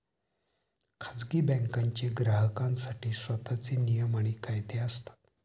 खाजगी बँकांचे ग्राहकांसाठी स्वतःचे नियम आणि कायदे असतात